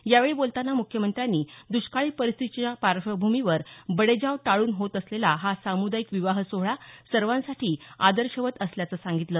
यावेळी बोलतांना मुख्यमंत्र्यांनी दुष्काळी परिस्थितीच्या पार्श्वभूमीवर बडेजाव टाळून होत असलेला हा सामुदायिक विवाह सोहळा सर्वांसाठी आदर्शवत असल्याचं सांगितलं